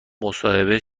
مصاحبه